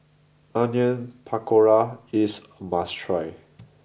Onion Pakora is a must try